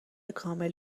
کامل